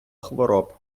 хвороб